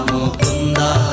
Mukunda